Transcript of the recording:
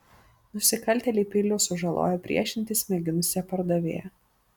nusikaltėliai peiliu sužalojo priešintis mėginusią pardavėją